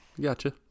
gotcha